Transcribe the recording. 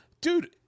Dude